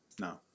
No